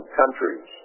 countries